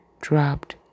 dropped